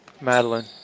Madeline